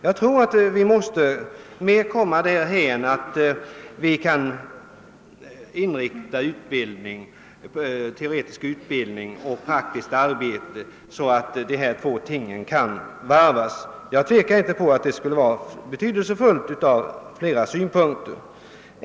Jag tror vi måste komma därhän att vi kan varva teoretisk utbildning och praktiskt arbete. Det skulle vara betydelsefullt ur flera synpunkter.